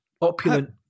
opulent